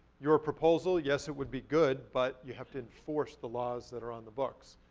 your proposal, yes, it would be good. but you'd have to enforce the laws that are on the books.